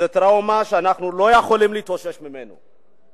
זאת טראומה שאנחנו לא יכולים להתאושש ממנה.